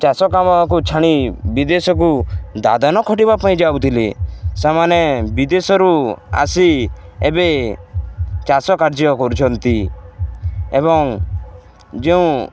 ଚାଷ କାମକୁ ଛାଣି ବିଦେଶକୁ ଦାଦାନ ଖଟିବା ପାଇଁ ଯାଉଥିଲେ ସେମାନେ ବିଦେଶରୁ ଆସି ଏବେ ଚାଷ କାର୍ଯ୍ୟ କରୁଛନ୍ତି ଏବଂ ଯେଉଁ